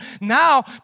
Now